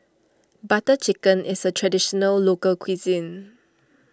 Butter Chicken is a Traditional Local Cuisine